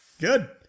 good